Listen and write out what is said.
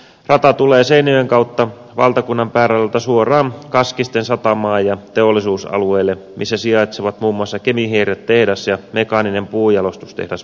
rata tulee seinäjoen kautta valtakunnan pääradalta suoraan kaskisten satamaan ja teollisuusalueelle missä sijaitsevat muun muassa kemihierretehdas ja mekaaninen puunjalostustehdas varastoineen